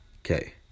Okay